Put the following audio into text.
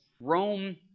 Rome